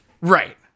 Right